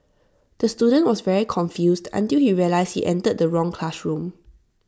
the student was very confused until you realised he entered the wrong classroom